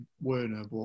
Werner